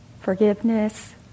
forgiveness